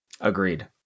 Agreed